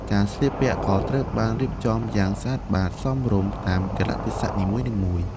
ការស្លៀកពាក់ក៏ត្រូវបានរៀបចំយ៉ាងស្អាតបាតសមរម្យតាមកាលៈទេសៈនីមួយៗ។